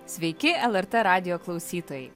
sveiki lrt radijo klausytojai